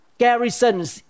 garrisons